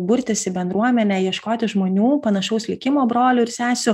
burtis į bendruomenę ieškoti žmonių panašaus likimo brolių ir sesių